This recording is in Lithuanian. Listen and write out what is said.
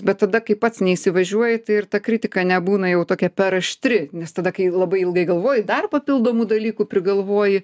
bet tada kai pats neįsivažiuoji tai ir ta kritika nebūna jau tokia per aštri nes tada kai labai ilgai galvoji dar papildomų dalykų prigalvoji